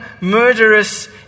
murderous